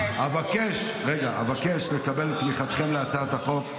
אבקש לקבל את תמיכתכם בהצעת החוק.